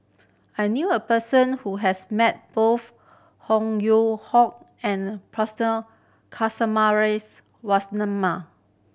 I knew a person who has met both Ho Hoe and